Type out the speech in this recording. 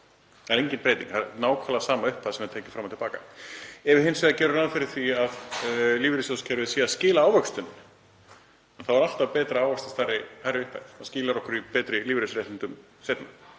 Það er engin breyting, það er nákvæmlega sama upphæð sem er tekin fram og til baka. Ef við hins vegar gerum ráð fyrir því að lífeyrissjóðakerfið sé að skila ávöxtun þá er alltaf betra að ávaxta stærri upphæð, það skilar okkur betri lífeyrisréttindum seinna.